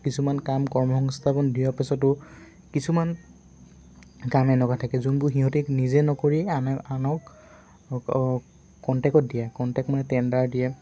কিছুমান কাম কৰ্মসংস্থাপন দিয়াৰ পিছতো কিছুমান কাম এনেকুৱা থাকে যোনবোৰ সিহঁতে নিজে নকৰি আন আনক কণ্টেকত দিয়ে কণ্টেক্ট মানে টেণ্ডাৰ দিয়ে